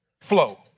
flow